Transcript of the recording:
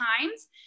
times